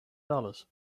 dollars